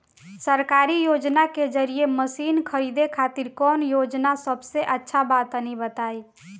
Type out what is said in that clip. सरकारी योजना के जरिए मशीन खरीदे खातिर कौन योजना सबसे अच्छा बा तनि बताई?